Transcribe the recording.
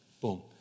boom